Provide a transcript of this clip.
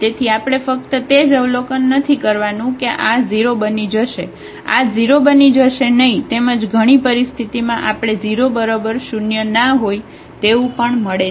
તેથી આપણે ફક્ત તે જ આવલોકન નથી કરવાનું કે આ 0 બની જશે આ 0 બની જશે નહિ તેમજ ઘણી પરિસ્થિતિમાં આપણે 0 બરાબર શૂન્ય ના હોય તેવું પણ મળે છે